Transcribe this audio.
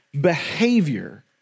Behavior